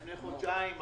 מלפני חודשיים,